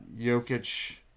Jokic